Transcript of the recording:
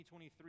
2023